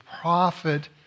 prophet